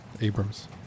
Abrams